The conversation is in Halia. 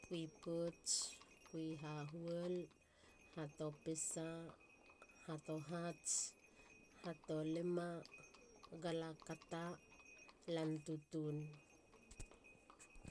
Kui pouts. kui hahuol. ha topisa. ha tohats. ha tolima. gala kata. lan tutun.